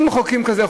אם מחוקקים חוק כזה,